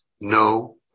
No